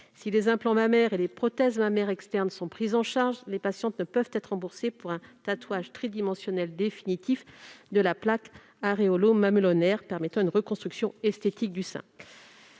Si les implants mammaires et les prothèses mammaires externes sont pris en charge, les patientes ne peuvent être remboursées pour un tatouage tridimensionnel définitif de la plaque aréolo-mamelonnaire permettant une reconstruction esthétique du sein.